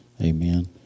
Amen